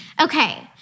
Okay